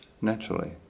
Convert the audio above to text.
naturally